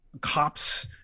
cops